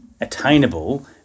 attainable